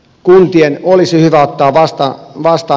kurdien olisi hyvä ottaa vastaan vastaa